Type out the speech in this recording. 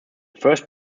first